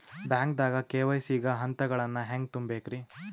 ಬ್ಯಾಂಕ್ದಾಗ ಕೆ.ವೈ.ಸಿ ಗ ಹಂತಗಳನ್ನ ಹೆಂಗ್ ತುಂಬೇಕ್ರಿ?